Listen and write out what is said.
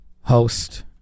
host